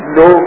no